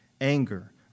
anger